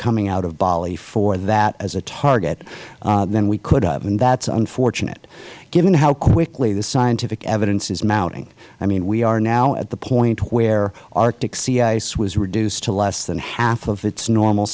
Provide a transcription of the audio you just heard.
coming out of bali for that as a target than we could have and that is unfortunate given how quickly the scientific evidence is mounting i mean we are now at the point where arctic sea ice was reduced to less than half of its normal